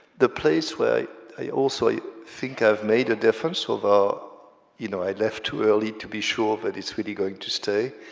the place where i also think i've made a difference, although you know i left too early to be sure that it's really going to stay,